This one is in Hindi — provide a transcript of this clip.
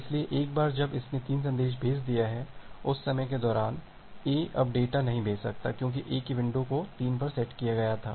इसलिए एक बार जब इसने 3 संदेश भेज दिया है उस समय के दौरान A अब डेटा नहीं भेज सकता है क्योंकि A की विंडो को 3 पर सेट किया गया था